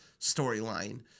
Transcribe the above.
storyline